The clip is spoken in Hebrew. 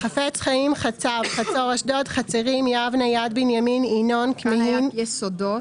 חפץ חיים חצב חצור-אשדוד חצרים יבנה יד בנימין ינון כאן היה יסודות,